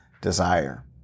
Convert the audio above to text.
desire